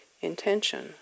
intention